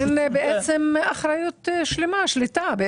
עם אחריות שלמה ושליטה.